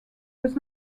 does